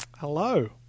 Hello